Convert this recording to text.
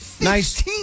Nice